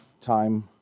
time